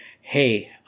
hey